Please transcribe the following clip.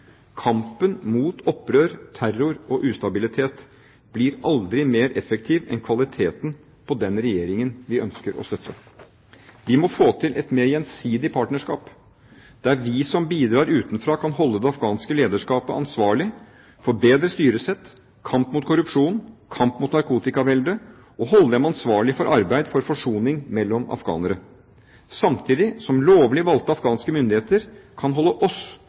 Kampen mot opprør, terror og ustabilitet blir aldri mer effektiv enn kvaliteten på den regjeringen vi ønsker å støtte. Vi må få til et mer gjensidig partnerskap der vi som bidrar utenfra, kan holde det afghanske lederskapet ansvarlig for bedre styresett, kamp mot korrupsjon, kamp mot narkotikavelde, og holde dem ansvarlig for arbeid for forsoning mellom afghanere. Samtidig kan lovlig valgte afghanske myndigheter holde oss,